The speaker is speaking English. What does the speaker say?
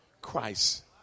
Christ